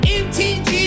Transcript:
mtg